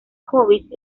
hobbies